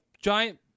giant